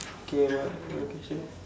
K what what your question